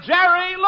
Jerry